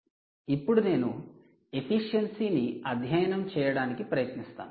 ఇప్పుడు నేను ఎఫిషియన్సీ ని అధ్యయనం చేయడానికి ప్రయత్నిస్తాను